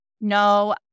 No